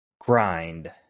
Grind